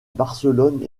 barcelone